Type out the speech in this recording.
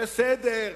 בסדר,